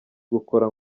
gukora